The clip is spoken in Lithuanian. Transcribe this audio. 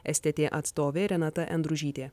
stt atstovė renata endružytė